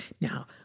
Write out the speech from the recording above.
Now